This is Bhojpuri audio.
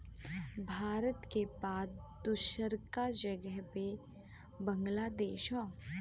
भारत के बाद दूसरका जगह पे बांग्लादेश हौ